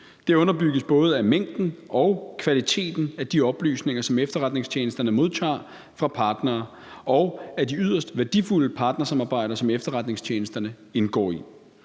Det underbygges både af mængden og kvaliteten af de oplysninger, som efterretningstjenesterne modtager fra partnere, og af de yderst værdifulde partnersamarbejder, som efterretningstjenesterne indgår i.